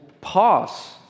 pause